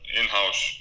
in-house